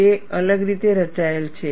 તે અલગ રીતે રચાયેલ છે